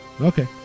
okay